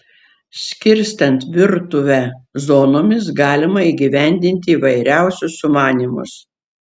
skirstant virtuvę zonomis galima įgyvendinti įvairiausius sumanymus